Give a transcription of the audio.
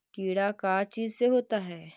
कीड़ा का चीज से होता है?